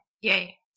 yay